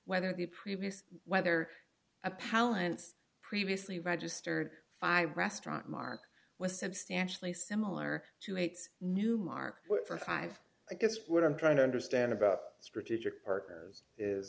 whether the previous whether a palance previously registered five restaurant mark was substantially similar to eight newmark but for five i guess what i'm trying to understand about strategic partners is